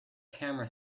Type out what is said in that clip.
camera